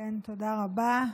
תודה רבה.